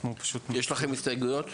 יש לכם הסתייגויות?